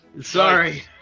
sorry